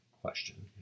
question